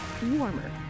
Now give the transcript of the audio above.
Warmer